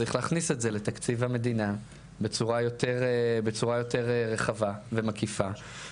צריך להכניס את זה לתקציב המדינה בצורה יותר רחבה ומקיפה.